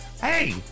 Hey